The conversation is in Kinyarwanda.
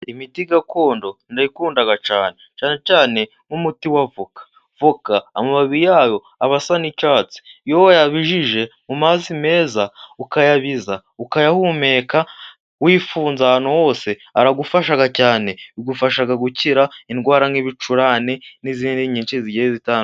Imiti gakondo ndayikunda cyane. Cyane nk'umuti wa voka. Voka amababi yayo aba asa n'icyatsi, iyo wayabijije mu mazi meza ukayabiza ukayahumeka wifunze ahantu hose aragufasha cyane. bigufasha gukira indwara nk'ibicurane n'izindi nyinshi zigiye zitandukanye.